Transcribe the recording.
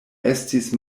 estis